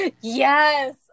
yes